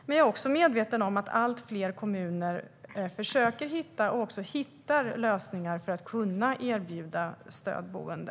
Men jag är också medveten om att allt fler kommuner försöker hitta och också hittar lösningar för att kunna erbjuda stödboende.